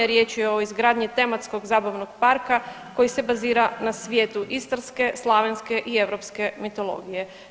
Riječ je o izgradnji tematskog zabavnog parka koji se bazira na svijetu istarske, slavenske i europske mitologije.